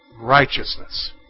Righteousness